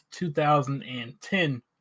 2010